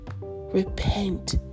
Repent